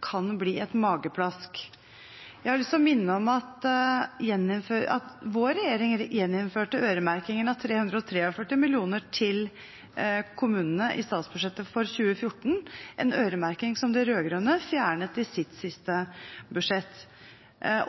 kan bli et «mageplask». Jeg har lyst til å minne om at vår regjering gjeninnførte øremerkingen av 343 mill. kr til kommunene i statsbudsjettet for 2014, en øremerking som de rød-grønne fjernet i sitt siste budsjett,